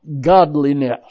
godliness